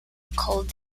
called